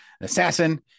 assassin